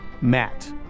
Matt